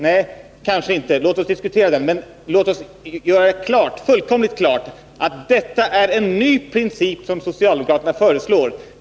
Nej, kanske inte — låt oss diskutera den. Men låt oss göra fullkomligt klart att detta är en ny princip som socialdemokraterna föreslår.